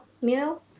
meal